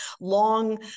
long